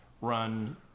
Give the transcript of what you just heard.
run